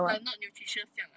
like not nutritious 这样啊